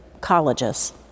colleges